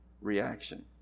reaction